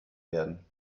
werden